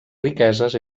riqueses